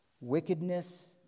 wickedness